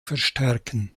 verstärken